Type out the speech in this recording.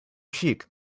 cheek